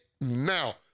now